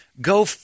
Go